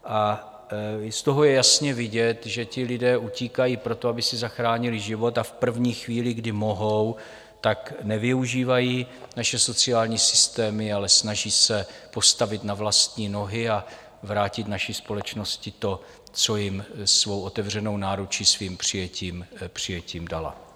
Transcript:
Z toho je jasně vidět, že ti lidé utíkají proto, aby si zachránili život, a v první chvíli, kdy mohou, tak nevyužívají naše sociální systémy, ale snaží se postavit na vlastní nohy a vrátit naší společnosti to, co jim svou otevřenou náručí, svým přijetím dala.